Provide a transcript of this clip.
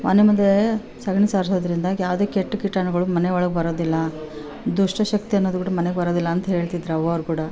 ಮನೆ ಮುಂದೆ ಸೆಗಣಿ ಸಾರಿಸೋದ್ರಿಂದ ಯಾವುದೇ ಕೆಟ್ಟ ಕೀಟಾಣುಗಳು ಮನೆ ಒಳಗೆ ಬರೋದಿಲ್ಲ ದುಷ್ಟ ಶಕ್ತಿ ಅನ್ನೋದು ಕೂಡ ಮನೆಗೆ ಬರೋದಿಲ್ಲ ಅಂತ ಹೇಳ್ತಿದ್ರು ಅವ್ವಾವ್ರು ಕೂಡ